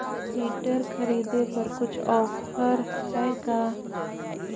Filter खरिदे पर कुछ औफर है का?